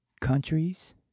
countries